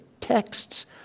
texts